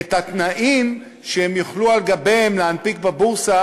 את התנאים שהם יוכלו על גביהם להנפיק בבורסה